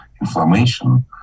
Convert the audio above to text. inflammation